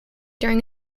during